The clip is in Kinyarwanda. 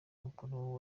mukuru